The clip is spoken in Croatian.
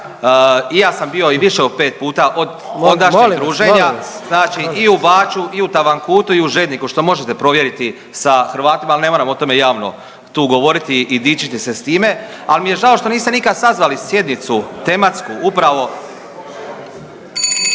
I ja sam bio i više od 5 puta od ondašnjeg druženja znači i u Baču, i u Tavankutu i u … /ne razmije se/ … što možete provjeriti sa Hrvatima. Ali ne moram o tome javno tu govoriti i dičiti se s time. Ali mi je žao što niste nikada sazvali sjednicu tematsku upravo